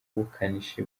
ubukanishi